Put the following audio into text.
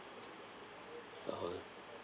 (uh huh)